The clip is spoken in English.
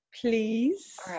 please